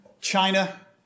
China